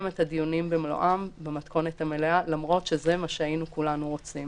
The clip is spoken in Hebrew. את הדיונים במלואם במתכונת המלאה למרות שזה מה שכולנו היינו רוצים.